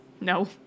No